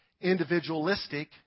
individualistic